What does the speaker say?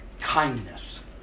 Kindness